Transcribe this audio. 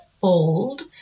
bold